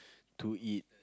to eat